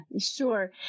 Sure